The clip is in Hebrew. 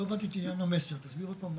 לא הבנתי לגבי חברת מסר אם אתה יכול להסביר.